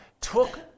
took